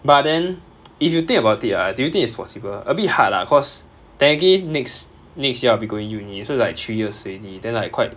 but then if you think about it ah do you think it's possible a bit hard lah cause technically next next year I'll be going uni so like three years already then like quite